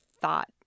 thought